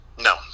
No